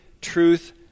truth